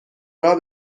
راه